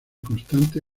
constante